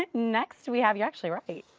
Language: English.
but next we have you're actually right.